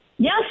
Yes